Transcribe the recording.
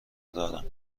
دارم